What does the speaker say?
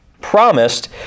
promised